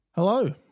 Hello